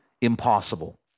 impossible